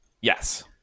Yes